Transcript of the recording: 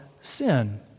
sin